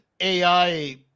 AI